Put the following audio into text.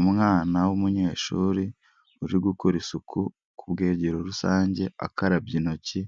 Umwana w'umunyeshuri uri gukora isuku ku bwogero rusange akarabye intoki,